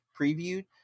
previewed